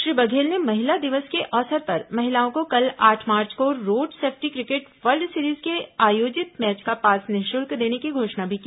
श्री बघेल ने महिला दिवस के अवसर पर महिलाओं को कल आठ मार्च को road safety cricket world series के आयोजित मैच का पास निःशुल्क देने की घोषणा भी की